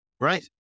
Right